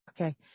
okay